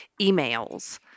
emails